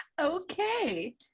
Okay